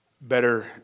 better